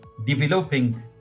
developing